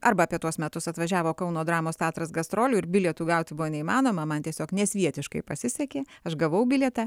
arba apie tuos metus atvažiavo kauno dramos teatras gastrolių ir bilietų gauti buvo neįmanoma man tiesiog nesvietiškai pasisekė aš gavau bilietą